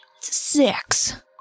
six